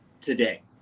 today